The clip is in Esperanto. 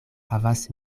havas